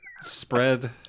spread